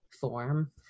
form